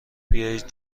بیایید